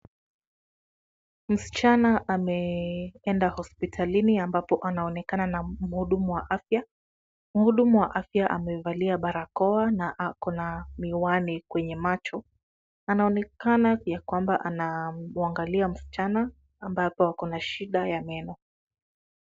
Msichana ameenda hospitalini ambapo anaonekana na mhudumu wa afya. Mhudumu wa afya amevalia barakoa na ako na miwani kwenye macho. Anaonekana ya kwamba anamwangalia msichana, ambapo ako na shida ya meno.